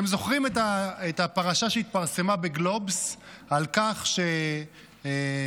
אתם זוכרים את הפרשה שהתפרסמה בגלובס על כך שרולניק,